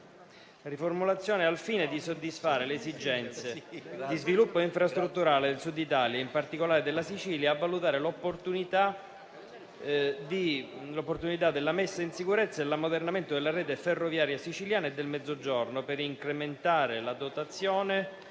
riformulazione dell'impegno: «al fine di soddisfare le esigenze di sviluppo infrastrutturale del Sud Italia e, in particolare, della Sicilia, a valutare l'opportunità di promuovere la messa in sicurezza e l'ammodernamento della rete ferroviaria siciliana e del Mezzogiorno, per incrementare la dotazione